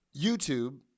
youtube